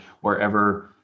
wherever